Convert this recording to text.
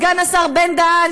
סגן השר בן-דהן,